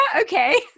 okay